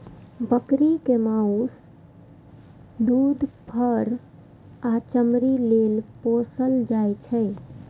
बकरी कें माउस, दूध, फर आ चमड़ी लेल पोसल जाइ छै